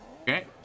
Okay